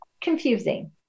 confusing